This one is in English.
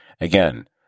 again